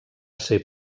ser